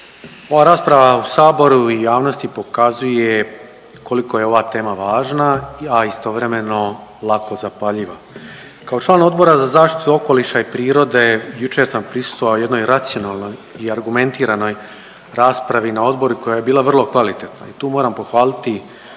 Ova rasprava u Saboru i u javnosti pokazuje koliko je ova tema važna, a istovremeno lako zapaljiva. Kao član Odbora za zaštitu okoliša i prirode jučer sam prisustvovao jednoj racionalnoj i argumentiranoj raspravi na odboru koja je bila vrlo kvalitetna i tu moram pohvaliti